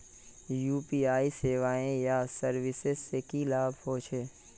UPI सेवाएँ या services से की लाभ होचे?